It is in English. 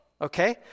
okay